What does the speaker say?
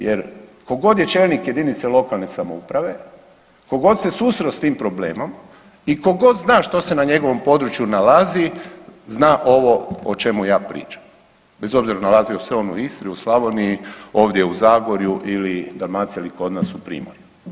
Jer tko god je čelnik jedinice lokalne samouprave, tko god se susreo s tim problemom i tko god zna što se na njegovom području nalazi zna ovo o čemu ja pričam bez obzira nalazio se on u Istri, u Slavoniji, ovdje u Zagorju ili Dalmaciji ili kod nas u Primorju.